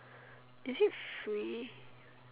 is it free